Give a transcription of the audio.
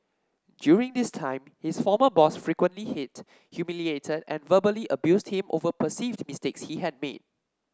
during this time his former boss frequently hit humiliated and verbally abused him over perceived mistakes he had made